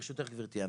ברשותך, גבירתי.